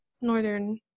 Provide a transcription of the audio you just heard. northern